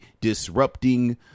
disrupting